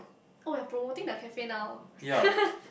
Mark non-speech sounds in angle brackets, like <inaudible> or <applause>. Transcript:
oh you're promoting the cafe now <laughs>